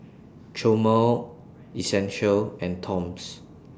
Chomel Essential and Toms